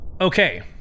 okay